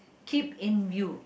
keep in view